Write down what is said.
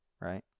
right